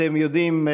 אתם יודעים,